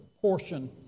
portion